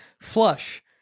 Flush